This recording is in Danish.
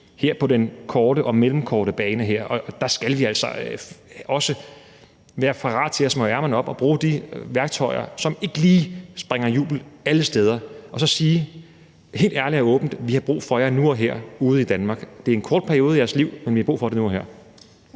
her på den korte og mellemkorte bane, og der skal vi altså også være parate til at smøge ærmerne op og bruge de værktøjer, som ikke lige spreder jubel alle steder, og sige helt ærligt og åbent: Vi har brug for jer nu og her ude i Danmark; det er en kort periode af jeres liv, men vi har brug for det nu og her.